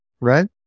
Right